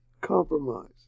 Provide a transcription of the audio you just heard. compromise